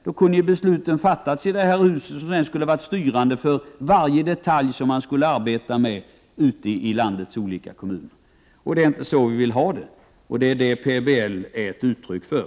Då hade beslut kunnat fattas i det här huset, beslut som sedan skulle ha varit styrande för varje detalj som landets kommuner skulle arbeta med. Det är inte så vi vill ha det, och det är detta PBL är ett uttryck för.